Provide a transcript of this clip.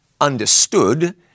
understood